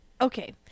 Okay